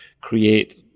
create